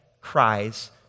cries